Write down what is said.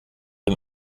den